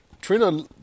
Trina